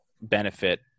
benefit